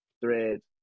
Threads